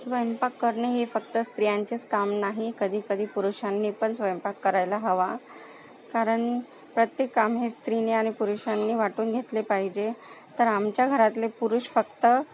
स्वयंपाक करणे हे फक्त स्त्रियांचेच काम नाही कधी कधी पुरुषांनी पण स्वयंपाक करायला हवा कारण प्रत्येक काम हे स्त्रीने आणि पुरुषांनी वाटून घेतले पाहिजे तर आमच्या घरातले पुरुष फक्त